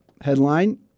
headline